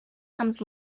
comes